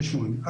6 זה